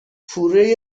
پوره